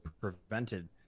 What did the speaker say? prevented